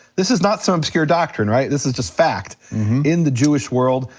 this is not some obscure doctrine, right, this is just fact in the jewish world,